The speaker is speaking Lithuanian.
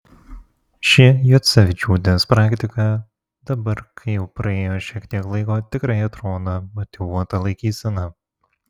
ši juocevičiūtės praktika dabar kai jau praėjo šiek tiek laiko tikrai atrodo motyvuota laikysena